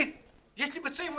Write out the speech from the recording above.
"לי יש פיצויים?